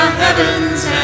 heavens